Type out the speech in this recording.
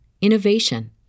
innovation